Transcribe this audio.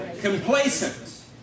Complacent